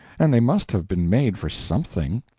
and they must have been made for something.